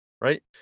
right